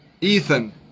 Ethan